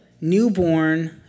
newborn